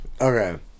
Okay